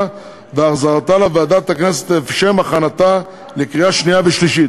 ולהחזרתה לוועדת הכנסת לשם הכנתה לקריאה שנייה ושלישית.